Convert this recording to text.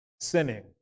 sinning